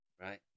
right